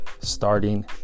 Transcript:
starting